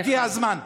הגיע הזמן.